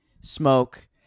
smoke